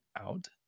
out